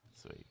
Sweet